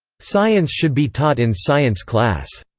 science should be taught in science class.